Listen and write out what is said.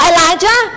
Elijah